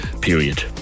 period